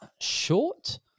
short